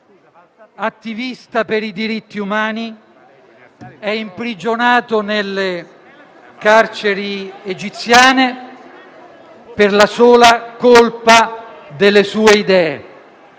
attivista per i diritti umani, è imprigionato nelle carceri egiziane per la sola colpa delle sue idee.